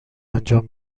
انجام